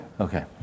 Okay